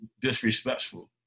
disrespectful